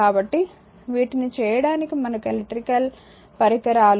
కాబట్టి వీటిని చేయడానికి మనకు ఎలక్ట్రికల్ పరికరాల ఇంటర్ కనెక్షన్లు అవసరం